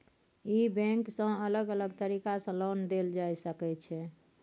ई bank सँ अलग अलग तरीका सँ लोन देल जाए सकै छै